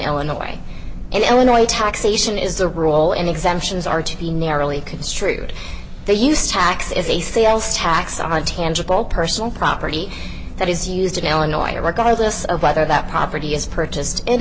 illinois and illinois taxation is the rule and exemptions are to be narrowly construed the use tax is a sales tax on tangible personal property that is used in illinois regardless of whether that property is purchased in